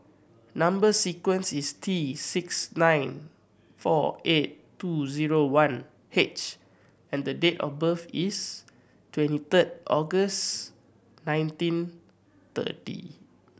number sequence is T six nine four eight two zero one H and the date of birth is twenty third August nineteen thirty